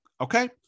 okay